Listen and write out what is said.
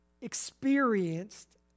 experienced